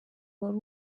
wari